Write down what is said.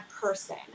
person